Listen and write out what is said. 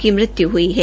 की मृत्यु हुई है